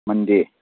Monday